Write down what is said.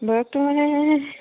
বয়সতো মানে